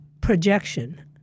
projection